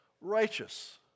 righteous